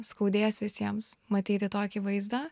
skaudės visiems matyti tokį vaizdą